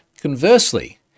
Conversely